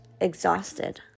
exhausted